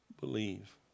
believe